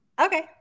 okay